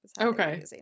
Okay